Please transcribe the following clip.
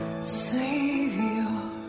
Savior